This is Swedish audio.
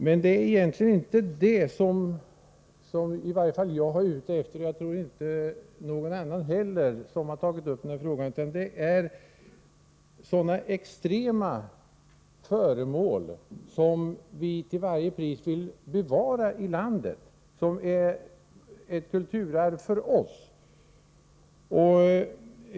Men det är egentligen inte detta som jag — och jag tror inte någon annan heller som tagit upp den här frågan — är ute efter. utan det gäller sådana extremt värdefulla föremål som vi till varje pris vill bevara i landet — föremål som är ett kulturarv för oss.